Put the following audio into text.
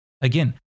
Again